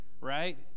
right